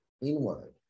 inward